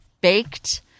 Baked